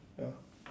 ya